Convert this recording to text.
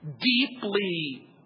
deeply